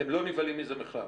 אתם לא נבהלים מזה בכלל.